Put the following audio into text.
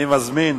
אני מזמין